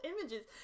images